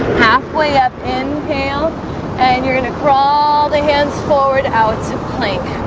halfway up inhale and you're going to crawl the hands forward out to plank